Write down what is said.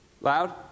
Loud